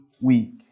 week